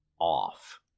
off